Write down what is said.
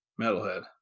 Metalhead